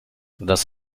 das